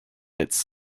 its